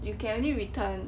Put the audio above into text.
you can only return